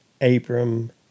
Abram